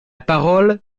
parole